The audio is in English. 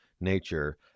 nature